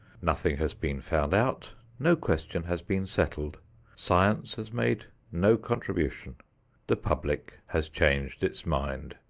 nothing has been found out no question has been settled science has made no contribution the public has changed its mind,